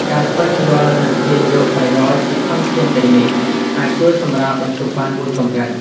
ការស្វែងយល់ និងទាញយកប្រយោជន៍ពីធនធានទាំងនេះអាចជួយសម្រាលបន្ទុកបានមួយកម្រិត។